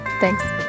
Thanks